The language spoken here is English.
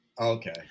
Okay